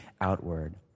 outward